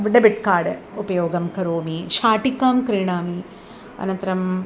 debit card उपयोगं करोमि शाटिकां क्रीणामि अनन्तरम्